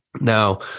Now